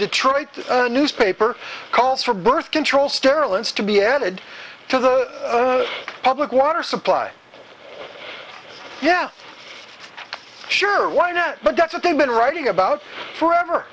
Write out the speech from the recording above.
detroit newspaper calls for birth control sterilized to be added to the public water supply yeah sure why not but that's what they've been writing about forever